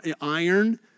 iron